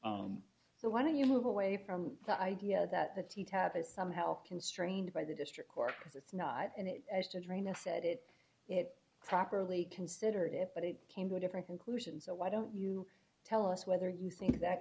level so why don't you move away from the idea that the tea tap is somehow constrained by the district court because it's not and it has to drain a said it it properly considered it but it came to a different conclusion so why don't you tell us whether you think that